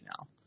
now